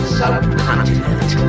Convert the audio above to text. subcontinent